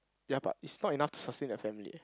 ya but it's not enough to sustain the family eh